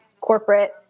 corporate